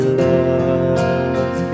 love